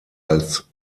als